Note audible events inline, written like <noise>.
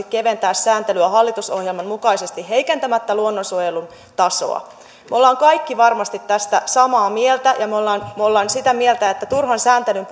<unintelligible> keventää sääntelyä hallitusohjelman mukaisesti heikentämättä luonnonsuojelun tasoa me olemme kaikki varmasti tästä samaa mieltä ja me olemme me olemme sitä mieltä että turhan sääntelyn <unintelligible>